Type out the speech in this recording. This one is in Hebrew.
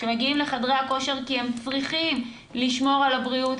שמגיעים לחדרי הכושר כי הם צריכים לשמור על הבריאות,